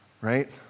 Right